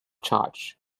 charge